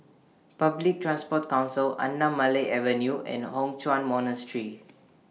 Public Transport Council Anamalai Avenue and Hock Chuan Monastery